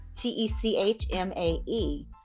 T-E-C-H-M-A-E